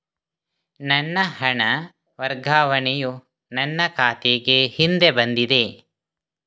ನನ್ನ ಹಣ ವರ್ಗಾವಣೆಯು ನನ್ನ ಖಾತೆಗೆ ಹಿಂದೆ ಬಂದಿದೆ